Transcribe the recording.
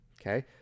okay